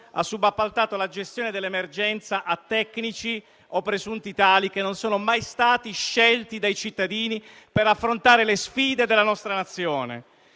ha subappaltato la gestione dell'emergenza a tecnici o presunti tali, che non sono mai stati scelti dai cittadini per affrontare le sfide della nostra Nazione.